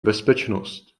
bezpečnost